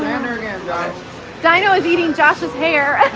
and dino is eating josh's hair